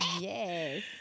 Yes